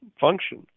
function